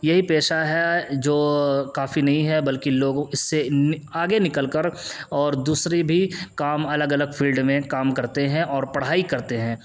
یہی پیشہ ہے جو کافی نہیں ہے بلکہ لوگ اس سے آگے نکل کر اور دوسری بھی کام الگ الگ فلیڈ میں کام کرتے ہیں اور پڑھائی کرتے ہیں